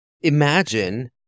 imagine